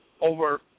over